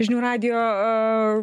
žinių radijo